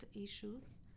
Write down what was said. issues